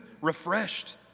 refreshed